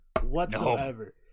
whatsoever